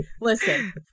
listen